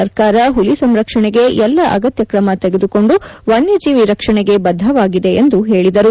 ಸರ್ಕಾರ ಹುಲಿ ಸಂರಕ್ಷಣೆಗೆ ಎಲ್ಲಾ ಅಗತ್ಯ ಕ್ರಮ ತೆಗೆದುಕೊಂಡು ವನ್ಯ ಜೀವಿ ರಕ್ಷಣೆಗೆ ಬದ್ದವಾಗಿದೆ ಎಂದು ಹೇಳಿದರು